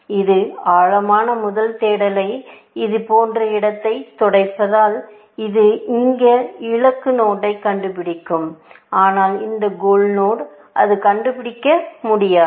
இது ஆழமான முதல் தேடலை இது போன்ற இடத்தை துடைப்பதால் இது இந்த இலக்கு நோடை கண்டுபிடிக்கும் ஆனால் இந்த கோல் நோடை அது கண்டுபிடிக்க முடியாது